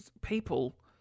people